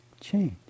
change